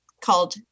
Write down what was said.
called